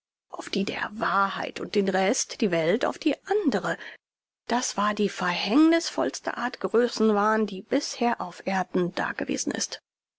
auf die der wahrheit und den rest die welt auf die andre das war die verhängnißvollste art größenwahn die bisher auf erden dagewesen ist